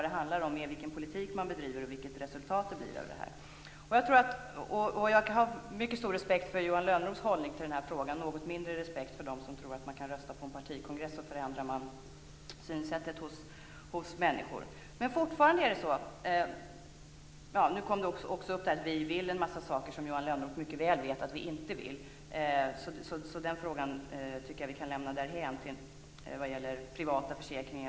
Det handlar om vilken politik man bedriver och vilket resultat det blir. Jag har mycket stor respekt för Johan Lönnroths hållning i den här frågan och något mindre respekt för dem som tror att man kan rösta på en partikongress och förändra synsättet hos människor. Nu kom det också upp att vi vill en massa saker som Johan Lönnroth mycket väl vet att vi inte vill. Den frågan tycker jag att vi kan lämna därhän.